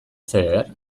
zer